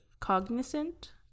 cognizant